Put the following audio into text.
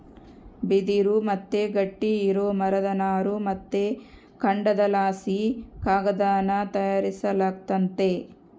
ಬಿದಿರು ಮತ್ತೆ ಗಟ್ಟಿ ಇರೋ ಮರದ ನಾರು ಮತ್ತೆ ಕಾಂಡದಲಾಸಿ ಕಾಗದಾನ ತಯಾರಿಸಲಾಗ್ತತೆ